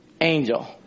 angel